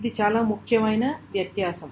ఇది చాలా ముఖ్యమైన వ్యత్యాసం